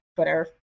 Twitter